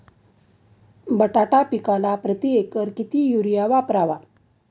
बटाटा पिकाला प्रती एकर किती युरिया वापरावा?